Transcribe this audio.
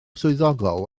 swyddogol